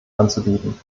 anzubieten